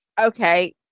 Okay